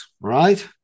Right